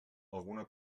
alguna